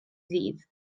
ddydd